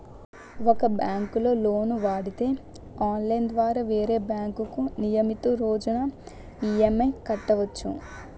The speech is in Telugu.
ఒక బ్యాంకులో లోను వాడితే ఆన్లైన్ ద్వారా వేరే బ్యాంకుకు నియమితు రోజున ఈ.ఎం.ఐ కట్టవచ్చు